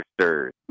stirs